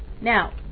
Now